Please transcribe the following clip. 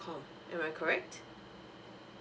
am I correct